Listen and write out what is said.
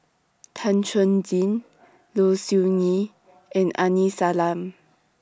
Tan Chuan Jin Low Siew Nghee and Aini Salim